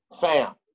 Fam